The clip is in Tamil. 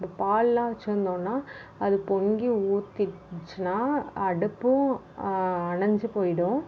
இப்போ பாலெலா வெச்சுருந்தோன்னா அது பொங்கி ஊற்றிட்சினா அடுப்பும் அணைஞ்சி போய்டும்